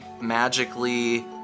magically